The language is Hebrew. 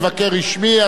מבקר רשמי),